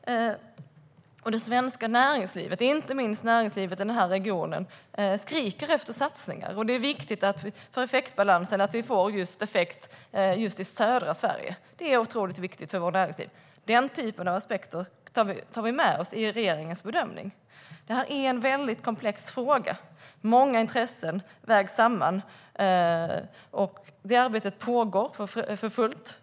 Det svenska näringslivet, inte minst näringslivet i den här regionen, skriker efter satsningar. Det är viktigt för effektbalansen att vi får effekt just i södra Sverige. Det är otroligt viktigt för vårt näringsliv. Den typen av aspekter tar vi med oss i regeringens bedömning. Det här är en väldigt komplex fråga. Många intressen vägs samman. Det arbetet pågår för fullt.